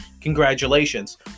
congratulations